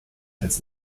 als